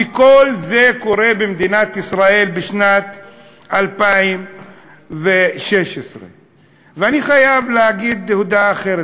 וכל זה קורה במדינת ישראל בשנת 2016. ואני חייב להביא דעה אחרת.